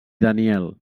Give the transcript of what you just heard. daniel